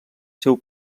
seu